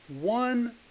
one